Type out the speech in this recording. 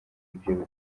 ibyo